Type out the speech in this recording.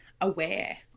aware